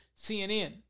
CNN